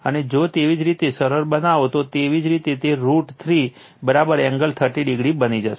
અને જો તેવી જ રીતે સરળ બનાવો તો તેવી જ રીતે તે રૂટ 3 એંગલ 300 બની જશે